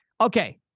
Okay